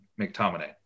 McTominay